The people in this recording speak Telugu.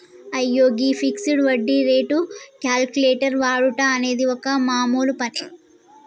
అయ్యో గీ ఫిక్సడ్ వడ్డీ రేటు క్యాలిక్యులేటర్ వాడుట అనేది ఒక మామూలు పని